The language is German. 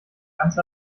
ganz